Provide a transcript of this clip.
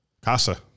casa